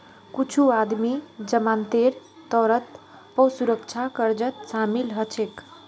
कुछू आदमी जमानतेर तौरत पौ सुरक्षा कर्जत शामिल हछेक